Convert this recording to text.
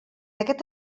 aquest